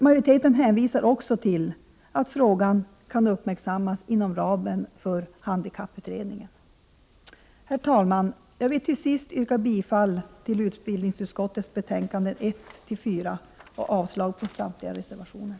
Majoriteten hänvisar också till att frågan kan uppmärksammas inom ramen för handikapputredningen. Herr talman! Jag vill till sist yrka bifall till utbildningsutskottets hemställan i betänkandena 1—4 och avslag på samtliga reservationer.